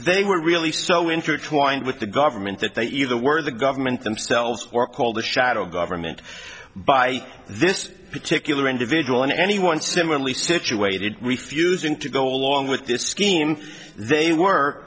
they were really so intertwined with the government that they either word the government themselves or called the shadow government by this particular individual and anyone similarly situated refusing to go along with this scheme they were